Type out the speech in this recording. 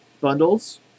bundles